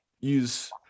use